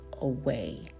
away